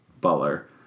Butler